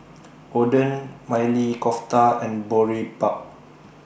Oden Maili Kofta and Boribap